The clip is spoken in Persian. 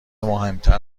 مهمتر